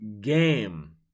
game